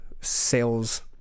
sales